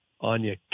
Anya